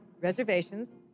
reservations